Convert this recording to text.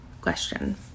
question